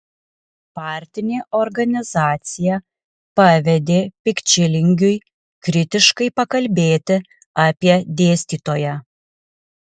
partinė organizacija pavedė pikčilingiui kritiškai pakalbėti apie dėstytoją